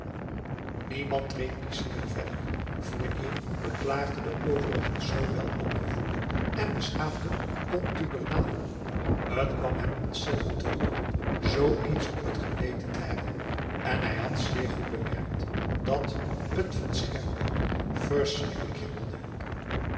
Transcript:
repliceerde verder fournier beklaagde den overigens zoo welopgevoeden en beschaafden contubernaal het kwam hem ontzettend voor zoo iets op t geweten te hebben p a daum de van der lindens c s onder ps maurits en hij had zeer goed bemerkt dat het van schermbeek verschrikkelijk hinderde